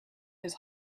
his